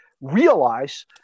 realize